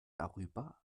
darüber